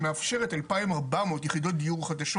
היא מאפשרת אלפיים ארבע מאות יחידות דיור חדשות.